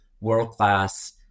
world-class